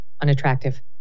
unattractive